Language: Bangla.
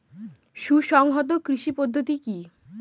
সুসংহত কৃষি পদ্ধতি কি?